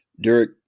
Derek